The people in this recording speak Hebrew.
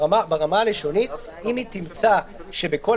ברמה הלשונית אם היא תמצא שבכל